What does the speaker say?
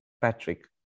Patrick